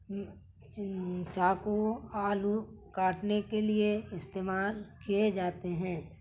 چاقو آلو کاٹنے کے لیے استعمال کیے جاتے ہیں